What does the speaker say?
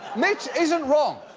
mitch isn't wrong.